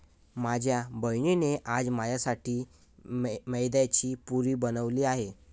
माझ्या बहिणीने आज माझ्यासाठी मैद्याची पुरी बनवली आहे